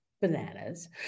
bananas